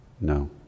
No